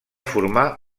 formar